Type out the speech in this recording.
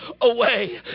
away